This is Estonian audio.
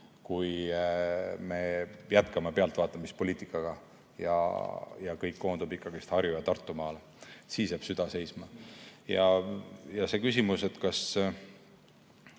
kui me jätkame pealtvaatamispoliitikat ja kõik koondub Harju- ja Tartumaale – siis jääb süda seisma. Ja see küsimus, et kas ...